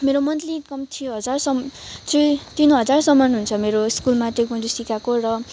मेरो monthly income three हजारसम्म चाहिँ तिन हजारसम्म हुन्छ मेरो स्कुलमा ताइक्वान्डो सिकाएको र